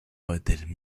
modèles